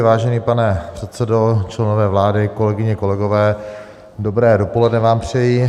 Vážený pane předsedo, členové vlády, kolegyně, kolegové, dobré dopoledne vám přeji.